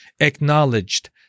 acknowledged